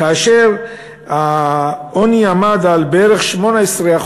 כאשר העוני עמד על בערך 18%,